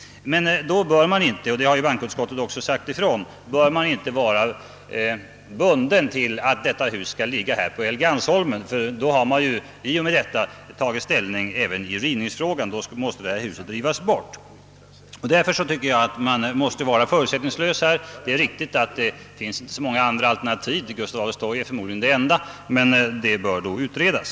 Då bör man inte — och det har också bankoutskottet sagt ifrån — vara bunden till att detta hus skall ligga här på Helgeandsholmen, ty därmed har man tagit ställning även till rivningsfrågan. Då måste ju det nuvarande riksdagshuset rivas. Jag tycker därför att vi måste föra en förutsättningslös diskussion. Det är visserligen riktigt att det förutom rivningsmöjligheten inte finns så många andra alternativ — placeringen vid Gustav Adolfs torg är förmodligen den enda tänkbara — men den möjligheten bör utredas.